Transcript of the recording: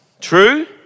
True